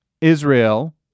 Israel